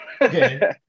Okay